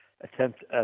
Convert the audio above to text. attempt